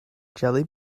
jelly